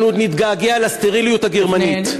אנחנו עוד נתגעגע לסטריליות הגרמנית.